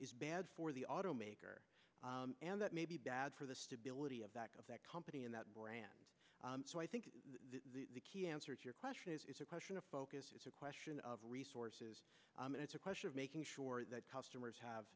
is bad for the automaker and that may be bad for the stability of back of that company in that brand so i think the key answer to your question is it's a question of focus it's a question of resources and it's a question of making sure that customers have